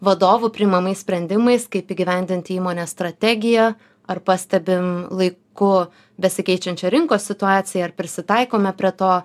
vadovų priimamais sprendimais kaip įgyvendinti įmonės strategiją ar pastebim laiku besikeičiančią rinkos situaciją ar prisitaikome prie to